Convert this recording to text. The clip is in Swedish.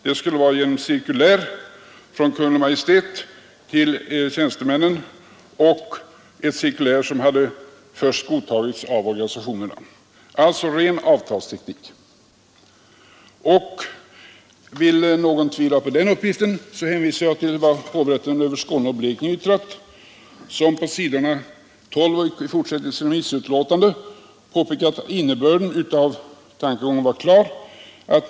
Det skulle ske genom ett cirkulär från Kungl. Maj:t till tjänstemännen, alltså ren avtalsteknik. Tvivlar någon på den uppgiften hänvisar jag till vad hovrätten över Skåne och Blekinge yttrat. Den har på s. 12 och framåt i sitt remissutlåtande påpekat att innebörden av tankegången var klar.